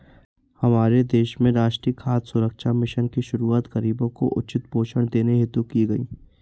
हमारे देश में राष्ट्रीय खाद्य सुरक्षा मिशन की शुरुआत गरीबों को उचित पोषण देने हेतु की गई